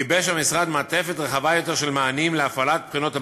גיבש המשרד מעטפת רחבה יותר של מענים להפעלת בחינות הבגרות.